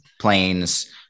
planes